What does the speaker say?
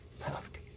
loved